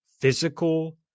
physical